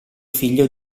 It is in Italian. figlio